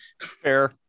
Fair